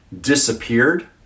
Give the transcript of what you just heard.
disappeared